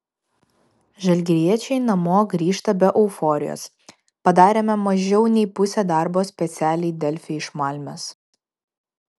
žalgiriečiai namo grįžta be euforijos padarėme mažiau nei pusę darbo specialiai delfi iš malmės